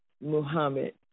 Muhammad